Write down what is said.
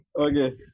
Okay